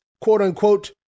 quote-unquote